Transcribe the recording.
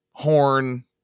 Horn